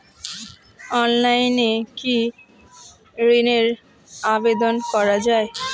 অনলাইনে কি ঋণের আবেদন করা যায়?